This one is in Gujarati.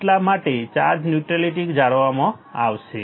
એટલા માટે ચાર્જ ન્યુટ્રાલિટી જાળવવામાં આવશે